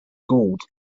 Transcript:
gold